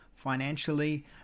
Financially